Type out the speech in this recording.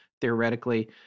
theoretically